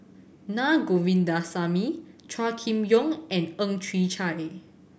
Na Govindasamy Chua Kim Yeow and Ang Chwee Chai